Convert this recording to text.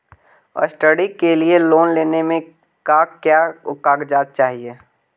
Study के लिये loan लेने मे का क्या कागजात चहोये?